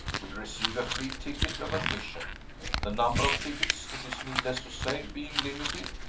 will receive a free ticket of admission the number of tickets, it is needless to say, being limited,